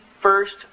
first